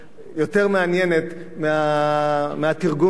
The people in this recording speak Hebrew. יותר מעניינת מהתרגום שלו,